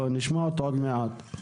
נשמע אותו עוד מעט.